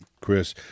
Chris